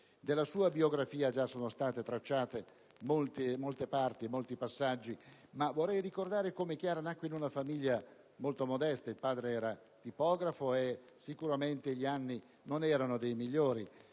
Della sua biografia sono state già tracciate molte parti e molti passaggi ma vorrei ricordare come Chiara sia nata in una famiglia molto modesta. Il padre era un tipografo e sicuramente gli anni non erano dei migliori: